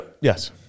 Yes